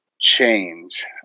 change